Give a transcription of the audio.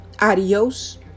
Adios